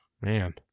Man